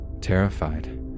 terrified